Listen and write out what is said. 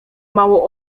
mało